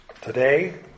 Today